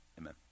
amen